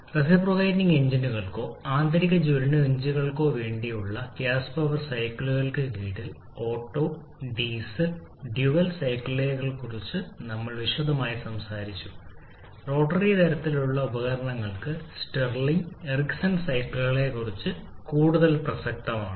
reciprocating എഞ്ചിനുകൾക്കോ ആന്തരിക ജ്വലന എഞ്ചിനുകൾക്കോ വേണ്ടിയുള്ള ഗ്യാസ് പവർ സൈക്കിളുകൾക്ക് കീഴിൽ ഓട്ടോ ഡീസൽ ഡ്യുവൽ സൈക്കിളുകളെക്കുറിച്ച് നമ്മൾ വിശദമായി സംസാരിച്ചു റോട്ടറി തരത്തിലുള്ള ഉപകരണങ്ങൾക്ക് സ്റ്റിർലിംഗ് എറിക്സൺ സൈക്കിളുകളെക്കുറിച്ച് കൂടുതൽ പ്രസക്തമാണ്